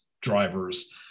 drivers